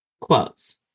quotes